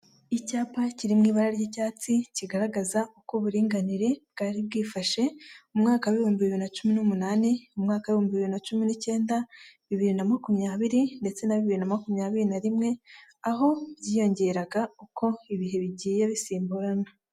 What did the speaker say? Icyapa kiriw ibara ry'icyatsi kigaragaza uko uburinganire bwari bwifashe mu mwaka w'ibihumbi bin na cumi n'umunani, mu mwaka w'ibihumbibiri na cumi n'icyenda, bibiri na makumyabiri ndetse na bibiri na makumyabiri nari rimwe, aho byiyongeraga uko ibihe bigiye bisimburana.